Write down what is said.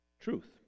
truth